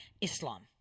Islam